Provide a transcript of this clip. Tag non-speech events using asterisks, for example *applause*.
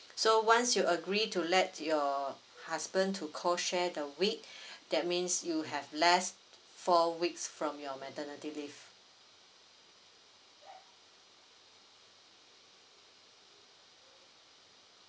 so once you agree to let your husband to co share the week *breath* that means you have less four weeks from your maternity leave